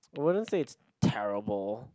I wouldn't say it's terrible